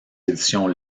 éditions